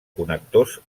connectors